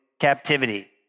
captivity